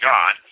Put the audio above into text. God